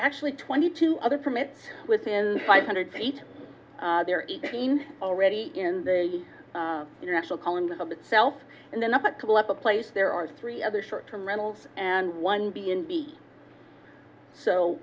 actually twenty two other permit within five hundred feet there eighteen already in the international call and of itself and then up a couple up a place there are three other short term rentals and one b in b so